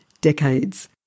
decades